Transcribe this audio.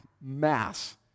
mass